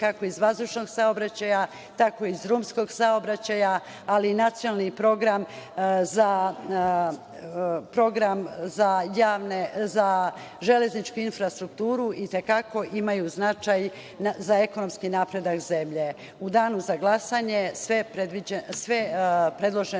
kako na vazdušni, tako i na drumski saobraćaj, ali i nacionalni program za železničku infrastrukturu i te kako imaju značaj za ekonomski napredak zemlje.U danu glasanje glasaćemo